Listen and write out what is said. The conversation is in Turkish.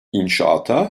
i̇nşaata